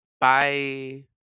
Bye